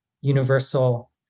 universal